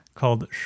called